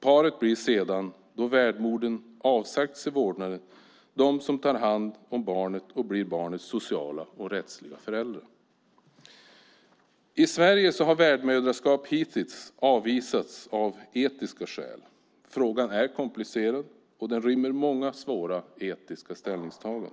Paret blir sedan, då värdmodern avsagt sig vårdnaden, de som tar hand om barnet och blir barnets sociala och rättsliga föräldrar. I Sverige har värdmödraskap hittills avvisats av etiska skäl. Frågan är komplicerad och rymmer många svåra etiska ställningstaganden.